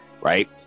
right